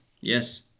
Yes